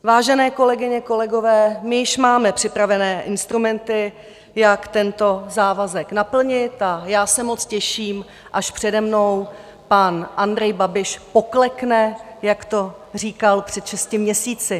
Vážené kolegyně, kolegové, my již máme připraveny instrumenty, jak tento závazek naplnit, a já se moc těším, až přede mnou pan Andrej Babiš poklekne, jak to říkal před šesti měsíci.